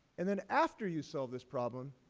and then, after you solve this problem,